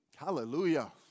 Hallelujah